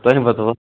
तोहेँ बतबहो